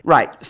Right